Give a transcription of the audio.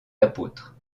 apôtres